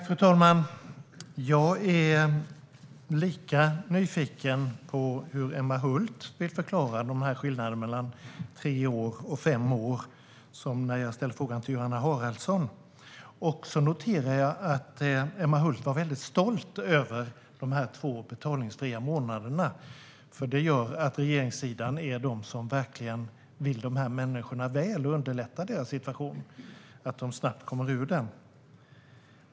Fru talman! Jag är lika nyfiken på hur Emma Hult förklarar skillnaderna mellan tre år och fem år som när jag ställde frågan till Johanna Haraldsson. Jag noterar att Emma Hult är väldigt stolt över de två betalningsfria månaderna, eftersom det innebär att regeringspartierna verkligen vill dessa människor väl och vill underlätta deras situation så att de snabbt kommer ur den.